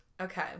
Okay